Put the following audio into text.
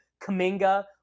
kaminga